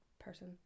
person